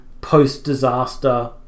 post-disaster